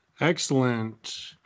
Excellent